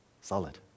solid